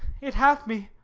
it hath me.